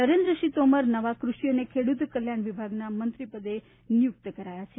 નરેન્દ્રસિંહ તોમર નવા કૃષિ અને ખેડૂત કલ્યાણ વિભાગના મંત્રી પદે નિયુક્ત કરવામાં આવ્યા છે